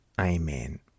Amen